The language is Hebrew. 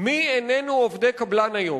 מי איננו עובדי קבלן היום?